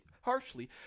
harshly